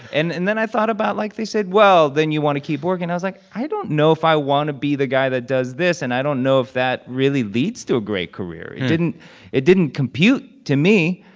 and and then i thought about, like they said well, then you want to keep working. i was like, i don't know if i want to be the guy that does this. and i don't know if that really leads to a great career. it didn't it didn't compute to me.